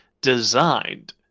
designed